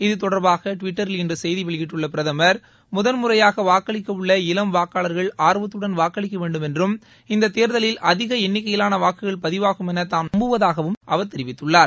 இது தொடர்பாக டிவிட்டரில் இன்று செய்தி வெளியிட்டுள்ள பிரதமர் முதல் முறையாக வாக்களிக்க உள்ள இளம் வாக்காளர்கள் ஆர்வத்துடன் வாக்களிக்க வேண்டுமென்றும் இந்தத் தேர்தலில் அதிக எண்ணிகையிலான வாக்குகள் பதிவாகுமென தாம் நம்புவதெனவும் அவர் தெரிவித்துள்ளார்